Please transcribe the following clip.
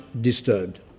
disturbed